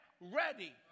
ready